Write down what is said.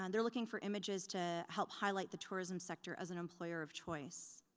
um they're looking for images to help highlight the tourism sector as an employer of choice.